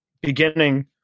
beginning